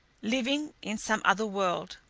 living in some other world!